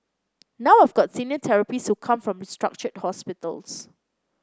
now I've got senior therapists who come from restructured hospitals